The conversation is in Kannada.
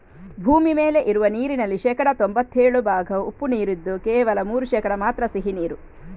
ಭೂಮಿ ಮೇಲೆ ಇರುವ ನೀರಿನಲ್ಲಿ ಶೇಕಡಾ ತೊಂಭತ್ತೇಳು ಭಾಗ ಉಪ್ಪು ನೀರಿದ್ದು ಕೇವಲ ಮೂರು ಶೇಕಡಾ ಮಾತ್ರ ಸಿಹಿ ನೀರು